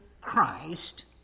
Christ